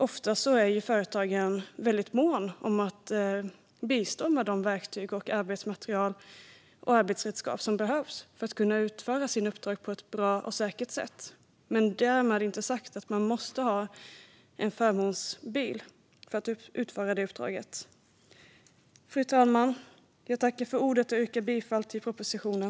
Ofta är företagen måna om att bistå med de verktyg, det arbetsmaterial och de arbetsredskap som behövs för att man ska kunna utföra sina uppdrag på ett bra och säkert sätt. Men därmed inte sagt att man måste ha en förmånsbil för att utföra uppdraget. Fru talman! Jag yrkar bifall till propositionen.